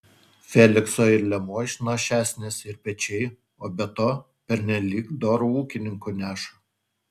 felikso ir liemuo išnašesnis ir pečiai o be to pernelyg doru ūkininku neša